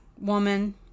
woman